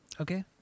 Okay